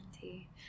tea